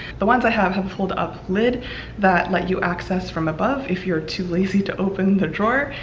the ones i have have fold up lid that let you access from above if you're too lazy to open the drawer,